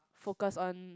focused on